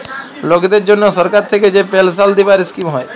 লকদের জনহ সরকার থাক্যে যে পেলসাল দিবার স্কিম হ্যয়